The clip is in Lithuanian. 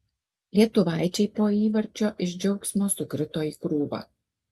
lietuvaičiai po įvarčio iš džiaugsmo sukrito į krūvą